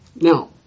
Now